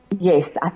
Yes